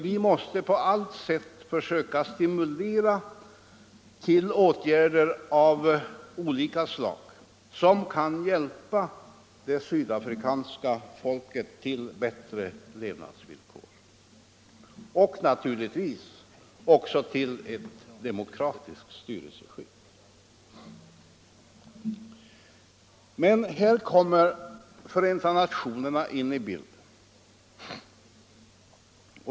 Vi måste på allt sätt försöka stimulera till olika slags åtgärder, som kan hjälpa det sydafrikanska folket till bättre levnadsvillkor och naturligtvis också till ett demokratiskt styrelseskick. Men här kommer Förenta nationerna.in i bilden.